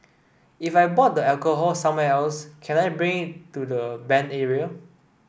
if I bought the alcohol somewhere else can I bring it to the banned area